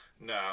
No